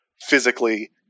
physically